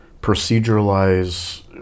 proceduralize